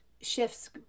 shifts